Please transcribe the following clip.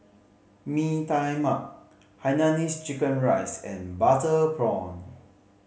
Mee Tai Mak hainanese chicken rice and butter prawn